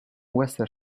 western